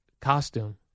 costume